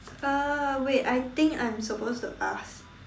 uh wait I think I'm supposed to ask